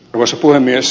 arvoisa puhemies